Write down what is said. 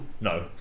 no